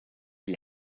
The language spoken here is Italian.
gli